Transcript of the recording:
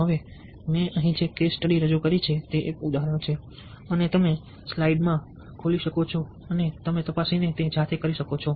હવે મેં અહીં જે કેસ સ્ટડી રજૂ કરી છે તે એક ઉદાહરણ છે અને તમે સ્લાઇડ ખોલી શકો છો અને તેને તપાસી ને તે જાતે કરી શકો છો